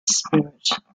spirit